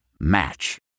Match